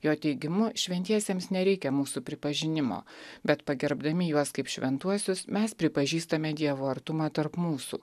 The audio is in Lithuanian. jo teigimu šventiesiems nereikia mūsų pripažinimo bet pagerbdami juos kaip šventuosius mes pripažįstame dievo artumą tarp mūsų